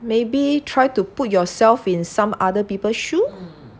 maybe try to put yourself in some other people shoe